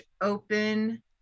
open